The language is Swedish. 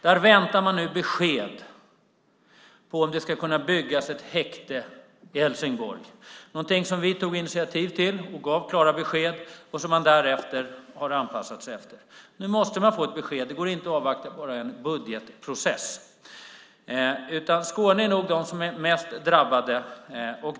Där väntar man nu på besked om ifall det ska kunna byggas ett häkte i Helsingborg. Det är något som vi tog initiativ till och gav klara besked om och som Kriminalvården därefter har anpassat sig efter. Nu måste man få ett besked. Det går inte att bara avvakta en budgetprocess. Skåne är nog det ställe som är mest drabbat.